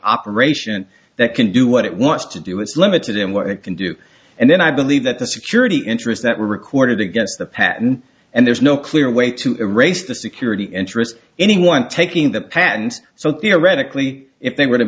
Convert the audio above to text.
operation that can do what it wants to do it's limited in what it can do and then i believe that the security interest that we recorded against the patent and there's no clear way to erase the security interest anyone taking the patent so theoretically if they were to